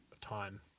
Time